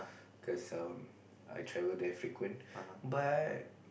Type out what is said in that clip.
cause um I travel there frequent but